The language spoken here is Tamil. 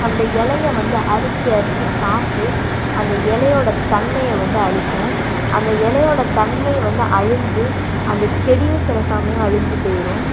அந்த இலையை வந்து அரித்து அரித்து சாப்பிட்டு அந்த இலையோடய தன்மையை வந்து அழிக்கும் அந்த இலையோடய தன்மை வந்து அழிஞ்சு அந்தச் செடியும் சில சமயம் அழிஞ்சு போயிடும்